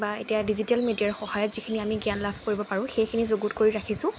বা এতিয়া ডিজিটেল মিডিয়াৰ সহায়ত যিখিনি আমি জ্ঞান লাভ কৰিব পাৰোঁ সেইখিনি যুগুত কৰি ৰাখিছোঁ